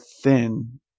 thin